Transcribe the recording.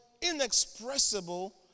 inexpressible